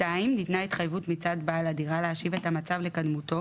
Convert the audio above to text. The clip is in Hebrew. (2)ניתנה התחייבות מצד בעל הדירה להשיב את המצב לקדמותו